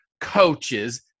coaches